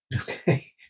Okay